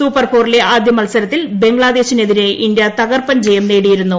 super ഫോറിലെ ആദ്യമത്സരത്തിൽ ബംഗ്ലാദേശിനെതിരെ ഇന്ത്യ തകർപ്പൻ ജയം നേടിയിരുന്നു